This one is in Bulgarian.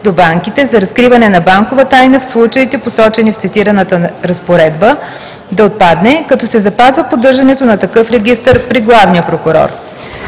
за разкриване на банкова тайна в случаите, посочени в цитираната разпоредба, да отпадне, като се запазва поддържането на такъв регистър при главния прокурор.